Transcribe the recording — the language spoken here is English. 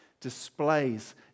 displays